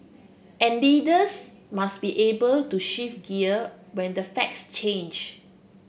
and leaders must be able to shift gear when the facts change